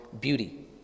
beauty